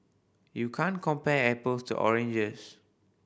you can't compare apples to oranges